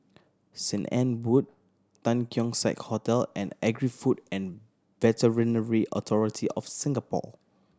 Saint Anne Wood Keong Saik Hotel and Agri Food and Veterinary Authority of Singapore